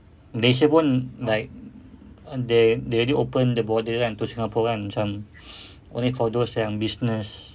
malaysia pun like they they do open the border kan to singapore kan macam only for those yang business